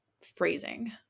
phrasing